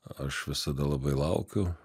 aš visada labai laukiu